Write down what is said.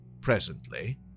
presently